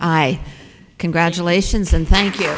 i congratulations and thank you